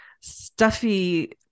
stuffy